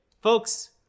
Folks